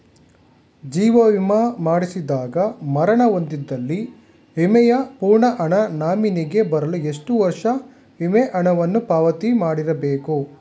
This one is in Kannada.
ಜೀವ ವಿಮಾ ಮಾಡಿಸಿದಾಗ ಮರಣ ಹೊಂದಿದ್ದಲ್ಲಿ ವಿಮೆಯ ಪೂರ್ಣ ಹಣ ನಾಮಿನಿಗೆ ಬರಲು ಎಷ್ಟು ವರ್ಷ ವಿಮೆ ಹಣವನ್ನು ಪಾವತಿ ಮಾಡಿರಬೇಕು?